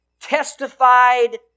testified